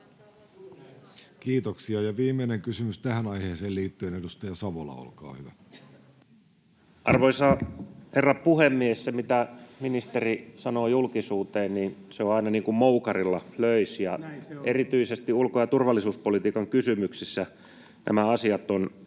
Kiitoksia. — Viimeinen kysymys tähän aiheeseen liittyen, edustaja Savola, olkaa hyvä. Arvoisa herra puhemies! Se, mitä ministeri sanoo julkisuuteen, on aina niin kuin moukarilla löisi, [Vasemmalta: Näin se on!] ja erityisesti ulko- ja turvallisuuspolitiikan kysymyksissä nämä asiat ovat